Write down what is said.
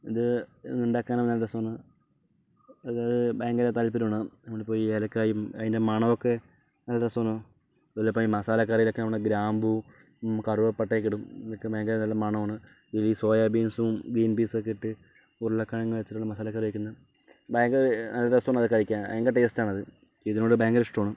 ഇത് ഉണ്ടാക്കാൻ നല്ല രസമാണ് അത് ഭയങ്കര താൽപര്യമാണ് നമ്മളിപ്പോൾ ഈ ഏലക്കായയും അതിൻറെ മണം ഒക്കെ നല്ല രസമാണ് അതുപോലെ ഈ മസാലക്കറീലൊക്കെയുള്ള ഗ്രാമ്പൂ കറുവപ്പട്ട ഒക്കെ ഇടും അതൊക്കെ ഭയങ്കര നല്ല മണമാണ് ഈ സോയ ബീൻസും ഗ്രീൻപീസ് ഒക്കെ ഇട്ട് ഉരുളക്കിഴങ്ങ് വെച്ചിട്ടുള്ള മസാലക്കറി ഒക്കെയാണ് ഭയങ്കര നല്ല രസമാണ് അത് കഴിക്കാൻ ഭയങ്കര ടേസ്റ്റ് ആണ് അത് ഇതിനോട് ഭയങ്കര ഇഷ്ടമാണ്